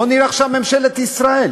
בוא נראה עכשיו את ממשלת ישראל,